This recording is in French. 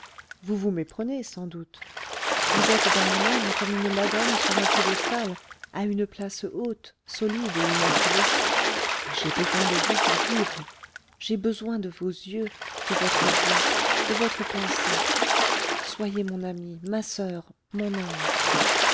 vous vous méprenez sans doute vous êtes dans mon âme comme une madone sur un piédestal à une place haute solide et immaculée mais j'ai besoin de vous pour vivre j'ai besoin de vos yeux de votre voix de votre pensée soyez mon amie ma soeur mon ange